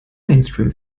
mainstream